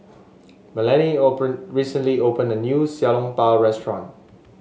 Melany recently opened a new Xiao Long Bao restaurant